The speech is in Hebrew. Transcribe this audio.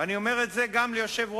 ואני אומר את זה גם ליושב-ראש